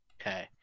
Okay